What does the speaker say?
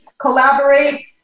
collaborate